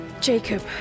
Jacob